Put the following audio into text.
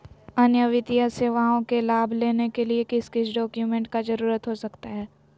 अन्य वित्तीय सेवाओं के लाभ लेने के लिए किस किस डॉक्यूमेंट का जरूरत हो सकता है?